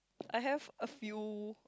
I have a few